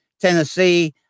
Tennessee